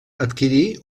adquirir